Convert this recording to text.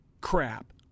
crap